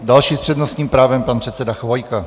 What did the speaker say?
Další s přednostním právem pan předseda Chvojka.